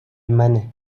منه